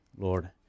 Lord